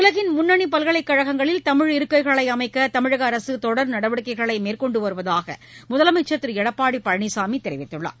உலகின் முன்னணி பல்கலைக்கழகங்களில் தமிழ் இருக்கைகளை அமைக்க தமிழக அரசு தொடர் நடவடிக்கைகளை மேற்கொண்டு வருவதாக முதலமைச்சர் திரு எடப்பாடி பழனிசாமி தெரிவித்துள்ளார்